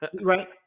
Right